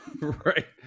right